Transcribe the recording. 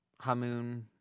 Hamun